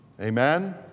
amen